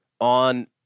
on